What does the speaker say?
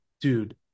dude